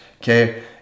Okay